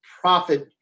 profit